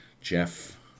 Jeff